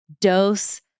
dose